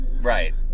right